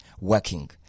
working